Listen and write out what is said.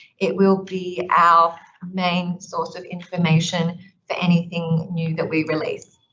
it will be our main source of information for anything new that we release.